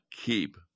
keep